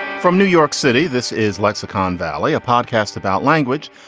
from new york city, this is lexicon valley, a podcast about language.